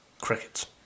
Crickets